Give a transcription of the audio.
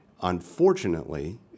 Unfortunately